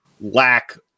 lack